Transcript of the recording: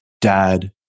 dad